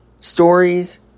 Stories